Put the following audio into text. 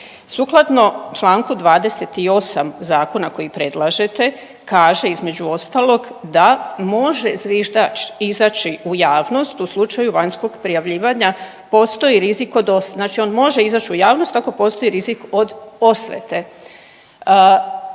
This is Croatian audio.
Sukladno članku 28. zakona koji predlažete kaže između ostalog da može zviždač izaći u javnost u slučaju vanjskog prijavljivanja postoji rizik od, znači on može izaći u javnost ako postoji rizik od osvete.